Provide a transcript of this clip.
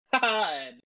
god